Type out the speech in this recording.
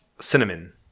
cinnamon